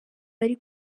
bari